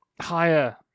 Higher